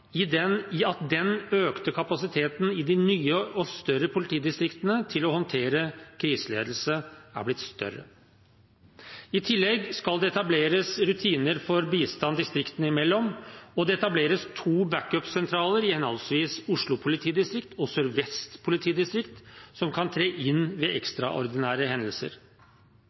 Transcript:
i de nye og større politidistriktene er blitt større. I tillegg skal det etableres rutiner for bistand distriktene imellom, og det etableres to backup-sentraler – i henholdsvis Oslo politidistrikt og Sør-Vest politidistrikt – som kan tre inn ved ekstraordinære hendelser.